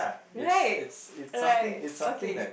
right right okay